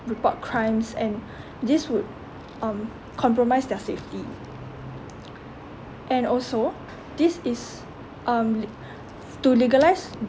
report crimes and this would um compromise their safety and also this is um le~ to legalise